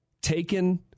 taken